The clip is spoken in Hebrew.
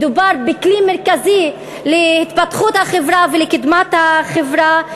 מדובר בכלי מרכזי להתפתחות החברה ולקדמת החברה.